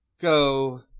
go